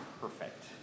perfect